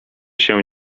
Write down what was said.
się